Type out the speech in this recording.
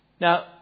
Now